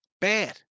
bad